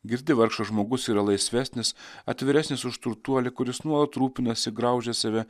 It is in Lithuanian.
girdi vargšas žmogus yra laisvesnis atviresnis už turtuolį kuris nuolat rūpinasi graužia save